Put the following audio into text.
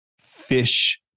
fish